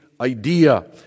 idea